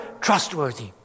trustworthy